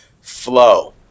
Flow